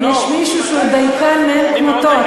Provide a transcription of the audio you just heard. אם יש מישהו שהוא דייקן מאין כמותו,